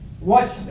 watch